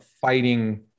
fighting